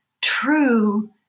true